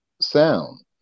sound